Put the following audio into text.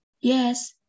Yes